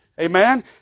amen